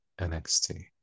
NXT